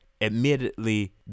admittedly